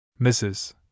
Mrs